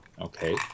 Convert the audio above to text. Okay